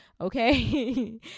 okay